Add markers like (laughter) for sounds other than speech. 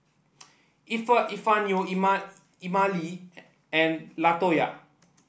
Epifanio (unintelligible) Emmalee and Latoya